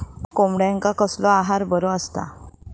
कोंबड्यांका कसलो आहार बरो असता?